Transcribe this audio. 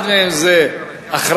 אחד מהם זה הכרזה